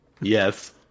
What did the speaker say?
Yes